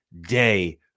day